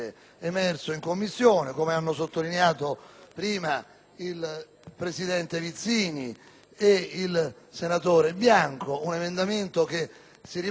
il presidente Vizzini ed il senatore Bianco. È un emendamento che si rivolge proprio alla particolare esigenza che la realtà insulare